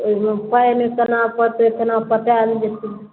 ओइमे पानि कोना पटे कोना पटैल जेतै